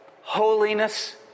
holiness